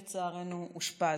לצערנו, אושפז.